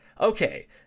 Okay